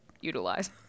utilize